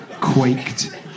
quaked